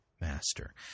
master